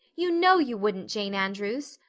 you know you wouldn't, jane andrews!